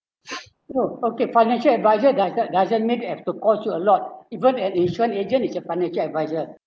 oh okay financial advisor doesn't doesn't mean have to cost you a lot even an insurance agent is a financial advisor